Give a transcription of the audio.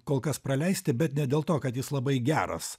kol kas praleisti bet ne dėl to kad jis labai geras